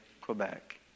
Quebec